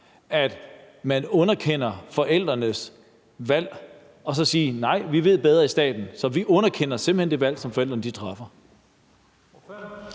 at man underkender forældrenes valg og så siger: Nej, vi ved bedre i staten. Så vi underkender simpelt hen det valg, som forældrene træffer.